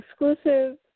exclusive